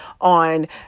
on